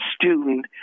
student